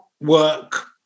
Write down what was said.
work